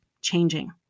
changing